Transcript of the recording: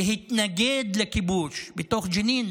להתנגד לכיבוש בתוך ג'נין,